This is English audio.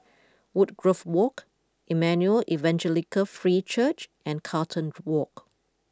Woodgrove Walk Emmanuel Evangelical Free Church and Carlton Walk